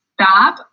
stop